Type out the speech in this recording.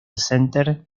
center